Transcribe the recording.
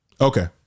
okay